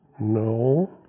No